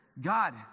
God